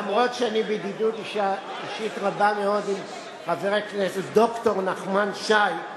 אף שאני בידידות אישית רבה מאוד עם חבר הכנסת ד"ר נחמן שי,